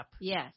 Yes